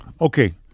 okay